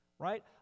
right